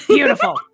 Beautiful